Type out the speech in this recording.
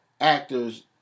actors